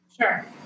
Sure